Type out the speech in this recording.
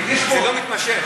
יש פה, זה לא מתמשך.